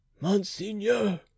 monseigneur